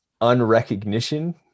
unrecognition